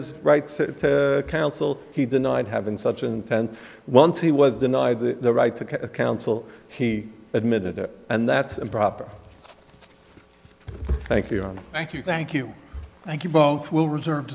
his rights to counsel he denied having such an intense one t was denied the right to counsel he admitted it and that's improper thank you thank you thank you thank you both will reserve